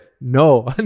No